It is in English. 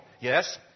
yes